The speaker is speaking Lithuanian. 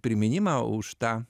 priminimą už tą